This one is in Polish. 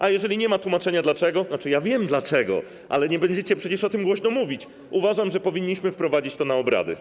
A jeżeli nie ma tłumaczenia dlaczego - to znaczy wiem dlaczego, ale nie będziecie przecież o tym głośno mówić - to uważam, że powinniśmy wprowadzić to pod obrady.